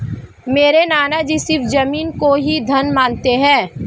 मेरे नाना जी सिर्फ जमीन को ही धन मानते हैं